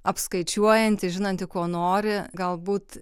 apskaičiuojanti žinanti ko nori galbūt